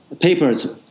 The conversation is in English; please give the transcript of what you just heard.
papers